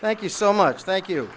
thank you so much thank you